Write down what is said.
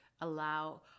allow